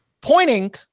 pointing